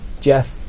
Jeff